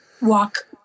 walk